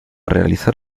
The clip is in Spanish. realizar